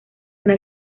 una